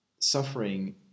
suffering